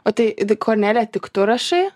o tai kornelija tik tu rašai